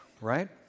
right